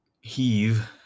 heave